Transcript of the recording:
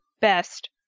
best